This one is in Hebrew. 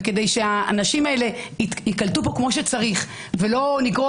וכדי שהאנשים האלה ייקלטו פה כמו שצריך ולא נגרור